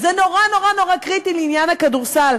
זה נורא נורא קריטי לעניין הכדורסל.